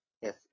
Yes